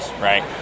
right